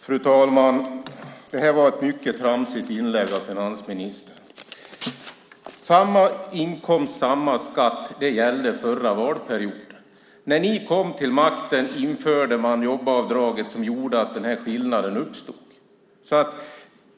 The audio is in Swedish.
Fru talman! Det var ett mycket tramsigt inlägg av finansministern. Samma inkomst, samma skatt gällde under den förra mandatperioden. När den borgerliga regeringen kom till makten införde man jobbskatteavdraget som gjorde att skillnaden uppstod.